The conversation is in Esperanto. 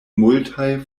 multaj